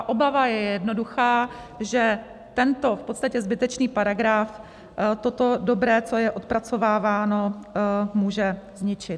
Obava je jednoduchá že tento v podstatě zbytečný paragraf toto dobré, co je odpracováváno, může ničit.